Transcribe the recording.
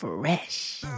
Fresh